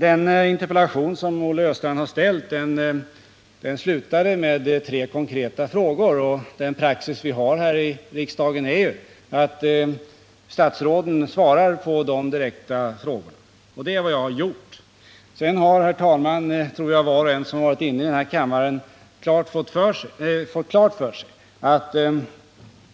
Den interpellation som Olle Östrand har ställt slutade med tre konkreta frågor, och den praxis vi har här i riksdagen är ju att statsråden svarar på de direkta frågorna. Det är vad jag har gjort. Sedan har var och en som varit inne i kammaren fått klart för sig att